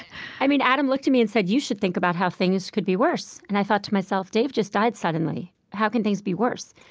i mean, adam looked at me and said, you should think about how things could be worse. and i thought to myself, dave just died suddenly. how can things be worse?